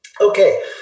Okay